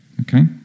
okay